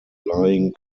lying